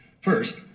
First